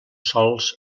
sòls